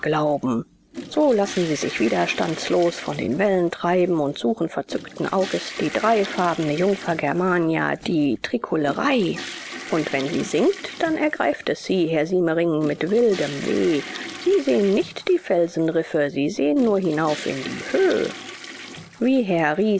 glauben so lassen sie sich widerstandslos von den wellen treiben und suchen verzückten auges die dreifarbene jungfer germania die tricolorelei und wenn sie singt dann ergreift es sie herr siemering mit wildem weh sie sehen nicht die felsenriffe sie sehen nur hinauf in die höh wie herr